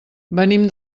venim